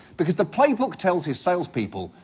because the playbook tells his salespeople,